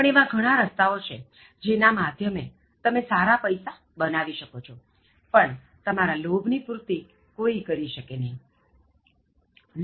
પણ એવા ઘણાં રસ્તાઓ છે જેના માધ્યમે તમે સારા પૈસા બનાવી શકો છો પણ તમારા લોભ ની પૂર્તિ કોઇ કરી શકે નહીં